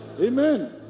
Amen